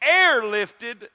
airlifted